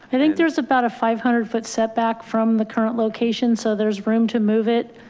i think there's about a five hundred foot setback from the current location. so there's room to move it.